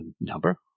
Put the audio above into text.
number